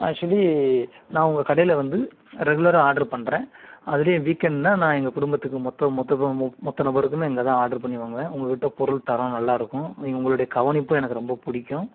actually நான் உங்கள் கடையில் வந்து ரெகுலராக ஆர்டர் பண்ணுறேன் அதுலேயும் வீக்எண்ட்னால் நான் எங்கள் குடும்பத்துக்கு மொத்த மொத்த மொத்த நபருக்குமே அங்கே தான் ஆர்டர் பண்ணி வாங்குவேன் உங்கக்கிட்ட பொருள் தரம் நல்லா இருக்கும் நீங்கள் உங்களுடைய கவனிப்பும் எனக்கு ரொம்ப பிடிக்கும்